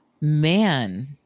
man